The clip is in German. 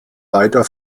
weiter